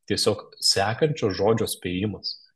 tiesiog sekančio žodžio spėjimas